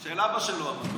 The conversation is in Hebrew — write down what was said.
של אבא שלו, המתוק.